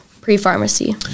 pre-pharmacy